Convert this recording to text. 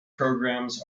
programmes